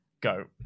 go